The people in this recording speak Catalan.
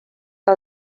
que